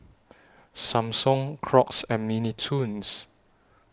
Samsung Crocs and Mini Toons